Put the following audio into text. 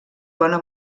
bona